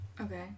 Okay